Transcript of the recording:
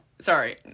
Sorry